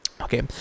Okay